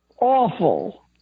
awful